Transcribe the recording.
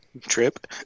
trip